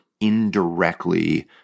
indirectly